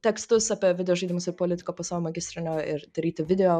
tekstus apie videožaidimus ir politiką po savo magistrinio ir daryti video